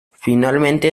finalmente